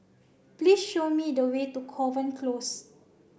please show me the way to Kovan Close